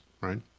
right